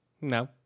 no